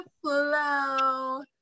flow